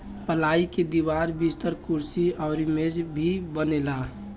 पलाई के दीवार, बिस्तर, कुर्सी अउरी मेज भी बनेला